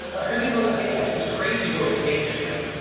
everything was taken it was crazy what was taken. like,